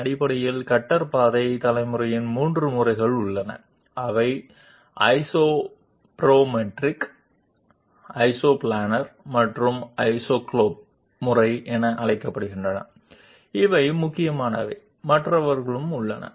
అటువంటి ప్రమాణాల ఆధారంగా కట్టర్ పాత్ ఉత్పత్తికి 3 పద్ధతులు ఉన్నాయి వీటిని ఐసోపరామాట్రిక్ ఐసోప్లానార్ మరియు ఐసోస్కాలోప్ పద్ధతి అని పిలుస్తారు ఇవి ప్రధానమైనవి ఇతరాలు కూడా ఉన్నాయి